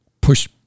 push